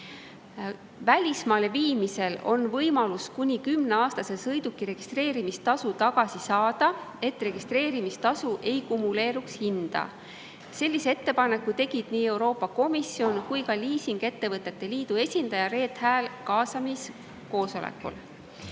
Välismaale viimisel on võimalus kuni 10-aastase sõiduki registreerimistasu tagasi saada, et registreerimistasu ei kumuleeruks hinda. Sellise ettepaneku tegid nii Euroopa Komisjon kui ka liising[ühingute] liidu esindaja Reet Hääl kaasamiskoosolekul. Siinkohal